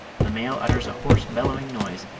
the male utters a hoarse bellowing noise,